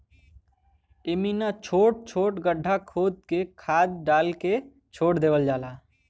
इमिना छोट छोट गड्ढा खोद के खाद डाल के छोड़ देवल जाला